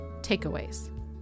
takeaways